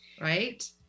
Right